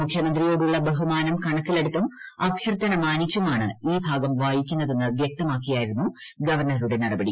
മുഖ്യമന്ത്രിയോടുള്ള ബഹുമാനം കണക്കിലെടുത്തും അഭ്യർത്ഥന മാനിച്ചുമാണ് ഈ ഭാഗം വായിക്കുന്നതെന്ന് വ്യക്തമാക്കിയായിരുന്നു ഗവർണറുടെ നടപടി